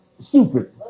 Stupid